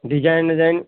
design उजाइन